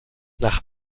nach